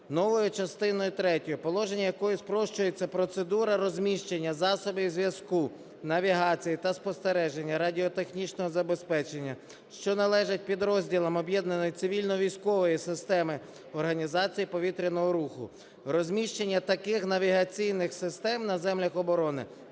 новою частиною третьою, положеннями якої спрощується процедура розміщення засобів зв'язку, навігації та спостереження, радіотехнічного забезпечення, що належать підрозділам об'єднаної цивільно-військової системи організації повітряного руху. Розміщення таких навігаційних систем на землях оборони